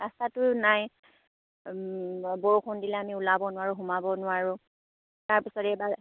ৰাস্তাটো নাই বৰষুণ দিলে আমি ওলাব নোৱাৰোঁ সোমাব নোৱাৰোঁ তাৰপিছত এইবাৰ